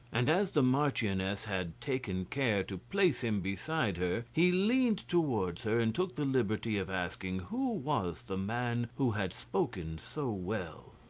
and as the marchioness had taken care to place him beside her, he leaned towards her and took the liberty of asking who was the man who had spoken so well.